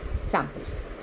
samples